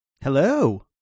hello